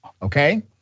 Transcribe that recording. Okay